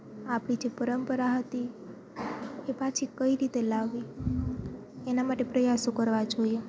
આપણી જે પરંપરા હતી એ પાછી કઈ રીતે લાવવી એના માટે પ્રયાસો કરવા જોઈએ